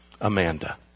Amanda